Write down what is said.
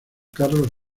carlos